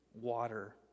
water